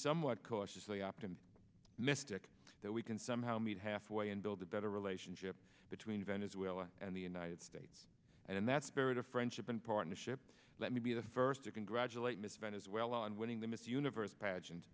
somewhat cautiously optimistic mystic that we can somehow meet halfway and build a better relationship between venezuela and the united states and in that spirit of friendship and partnership let me be the first to congratulate mister as well on winning the miss universe pageant